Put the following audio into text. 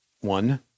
one